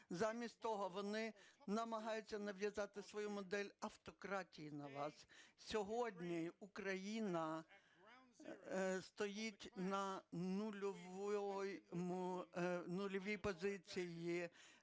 Замість того вони намагаються нав'язати свою модель автократії на вас. Сьогодні Україна стоїть на нульовій позиції